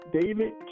David